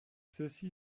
ceci